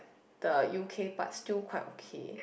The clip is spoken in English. the U_K part still quite okay